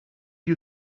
you